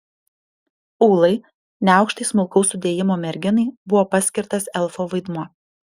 ūlai neaukštai smulkaus sudėjimo merginai buvo paskirtas elfo vaidmuo